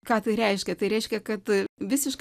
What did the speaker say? ką tai reiškia tai reiškia kad visiška